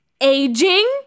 aging